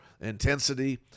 intensity